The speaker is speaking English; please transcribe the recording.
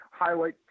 highlight